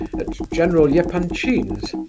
at general yeah epanchin's.